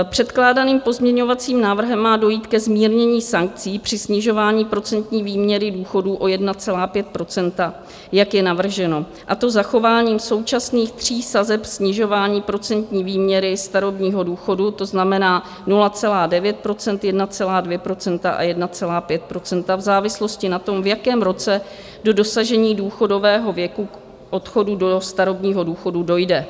Předkládaným pozměňovacím návrhem má dojít ke zmírnění sankcí při snižování procentní výměry důchodů o 1,5 %, jak je navrženo, a to zachováním současných tří sazeb snižování procentní výměry starobního důchodu, to znamená 0,9 %, 1,2 % a 1,5 % v závislosti na tom, v jakém roce do dosažení důchodového věku odchodu do starobního důchodu dojde.